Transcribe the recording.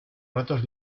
ratos